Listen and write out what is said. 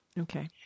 Okay